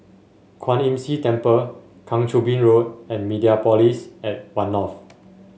Kwan Imm See Temple Kang Choo Bin Road and Mediapolis at One North